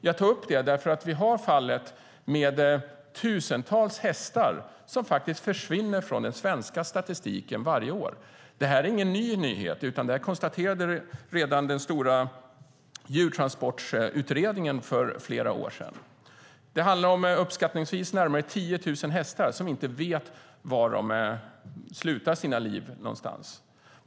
Jag tog upp detta eftersom vi har fallet med tusentals hästar som faktiskt försvinner från den svenska statistiken varje år. Det är ingen nyhet, utan det konstaterade redan den stora Djurtransportsutredningen för flera år sedan. Det handlar om uppskattningsvis 10 000 hästar som inte vet var de slutar sina liv någonstans.